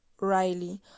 Riley